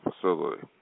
facility